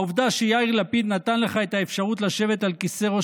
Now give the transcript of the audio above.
העובדה שיאיר לפיד נתן לך את האפשרות לשבת על כיסא ראש